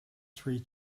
three